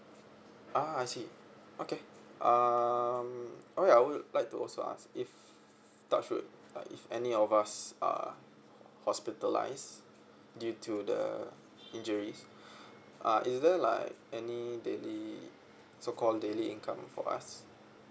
ah I see okay um okay I would like to also ask if touch wood uh if any of us are hospitalised due to the injuries uh is there like any daily so called daily income for us